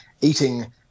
eating